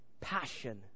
Passion